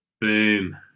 Boom